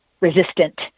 resistant